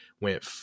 went